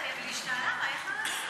היא השתעלה, מה היא יכלה לעשות?